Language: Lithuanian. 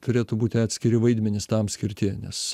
turėtų būti atskiri vaidmenys tam skirti nes